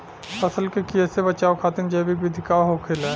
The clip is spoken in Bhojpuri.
फसल के कियेसे बचाव खातिन जैविक विधि का होखेला?